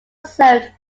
served